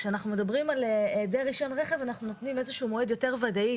כשאנחנו מדברים על היעדר רישיון רכב אנחנו נותנים איזשהו מועד ודאי יותר